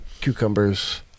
cucumbers